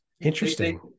Interesting